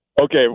Okay